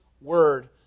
word